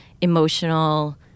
emotional